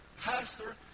Pastor